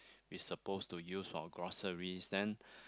we supposed to use for groceries then